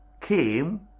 came